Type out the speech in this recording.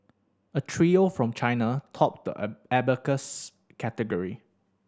a trio from China topped the a abacus category